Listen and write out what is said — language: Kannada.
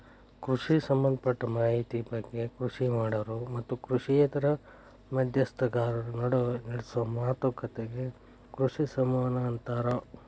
ಕೃಷಿ ಸಂಭದಪಟ್ಟ ಮಾಹಿತಿ ಬಗ್ಗೆ ಕೃಷಿ ಮಾಡೋರು ಮತ್ತು ಕೃಷಿಯೇತರ ಮಧ್ಯಸ್ಥಗಾರರ ನಡುವ ನಡೆಸೋ ಮಾತುಕತಿಗೆ ಕೃಷಿ ಸಂವಹನ ಅಂತಾರ